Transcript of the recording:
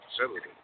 facility